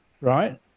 right